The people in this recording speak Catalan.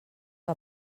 que